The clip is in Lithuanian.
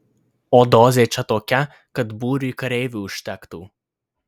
o dozė čia tokia kad būriui kareivių užtektų